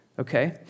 Okay